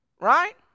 Right